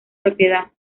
propiedad